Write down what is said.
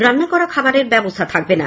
রান্না করা খাবারের ব্যবস্থা থাকবে না